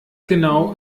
genau